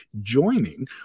joining